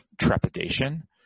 trepidation